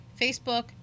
Facebook